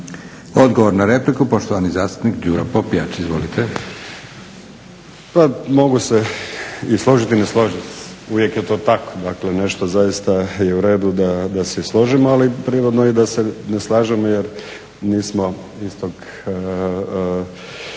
Odgovor na repliku poštovani zastupnik Đuro Popijač, izvolite. **Popijač, Đuro (HDZ)** Pa mogu se i složiti i ne složiti, uvijek je to tako. Dakle, nešto zaista je u redu da se i složimo, ali prirodno je da se i ne slažemo jer nismo istog